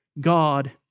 God